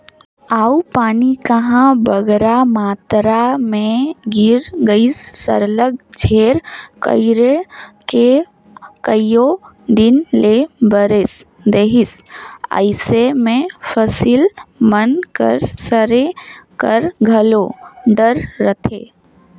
अउ पानी कहांे बगरा मातरा में गिर गइस सरलग झेर कइर के कइयो दिन ले बरेस देहिस अइसे में फसिल मन कर सरे कर घलो डर रहथे